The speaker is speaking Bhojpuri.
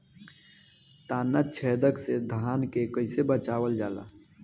ताना छेदक से धान के कइसे बचावल जाला?